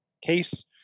case